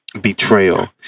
betrayal